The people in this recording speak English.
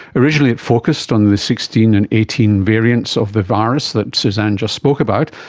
originally it focused on the sixteen and eighteen variants of the virus that suzanne just spoke about,